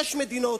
יש מדינות,